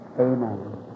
amen